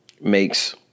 makes